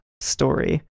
story